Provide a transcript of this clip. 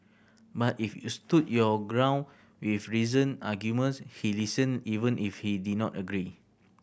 but if you stood your ground with reasoned arguments he listened even if he did not agree